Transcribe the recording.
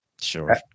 Sure